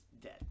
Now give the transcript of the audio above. dead